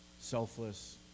selfless